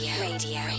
Radio